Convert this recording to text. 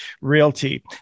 Realty